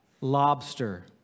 Lobster